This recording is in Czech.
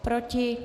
Proti?